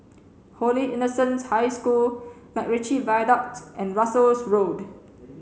Holy Innocents' High School MacRitchie Viaduct and Russels Road